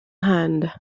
hand